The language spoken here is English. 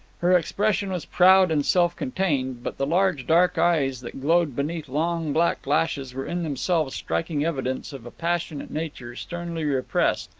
her expression was proud and self-contained, but the large dark eyes that glowed beneath long black lashes were in themselves striking evidence of a passionate nature sternly repressed,